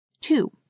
Two